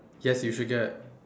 yes you should get